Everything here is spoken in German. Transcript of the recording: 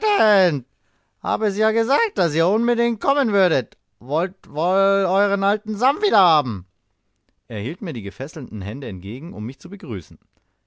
habe es ja gesagt daß ihr unbedingt kommen würdet wollt wohl euern alten sam wieder haben er hielt mir die gefesselten hände entgegen um mich zu begrüßen